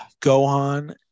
Gohan